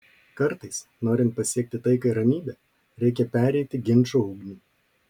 kartais norint pasiekti taiką ir ramybę reikia pereiti ginčo ugnį